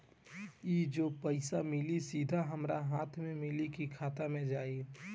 ई जो पइसा मिली सीधा हमरा हाथ में मिली कि खाता में जाई?